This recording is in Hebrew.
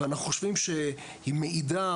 ואנחנו חושבים שהיא מעידה,